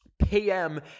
PM